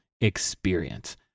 experience